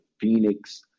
Phoenix